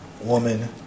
woman